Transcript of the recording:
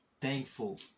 thankful